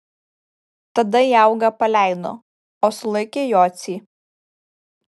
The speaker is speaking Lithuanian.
tada jaugą paleido o sulaikė jocį